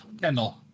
Kendall